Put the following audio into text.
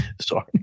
Sorry